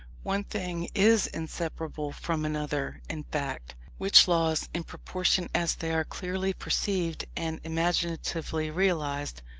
one thing is inseparable from another in fact which laws, in proportion as they are clearly perceived and imaginatively realized,